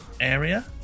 area